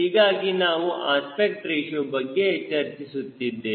ಹೀಗಾಗಿ ನಾವು aspect ratio ಬಗ್ಗೆ ಚರ್ಚಿಸುತ್ತಿದ್ದೇವೆ